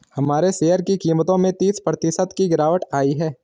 हमारे शेयर की कीमतों में तीस प्रतिशत की गिरावट आयी है